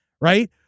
right